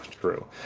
true